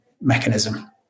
Mechanism